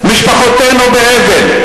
משפחותינו באבל.